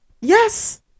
Yes